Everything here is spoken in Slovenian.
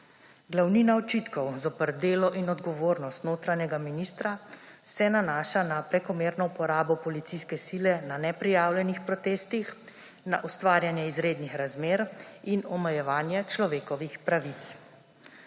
Glavnina očitkov zoper delo in odgovornost notranjega ministra se nanaša na prekomerno uporabo policijske sile na neprijavljenih protestih, na ustvarjanje izrednih razmer in omejevanje človekovih pravic.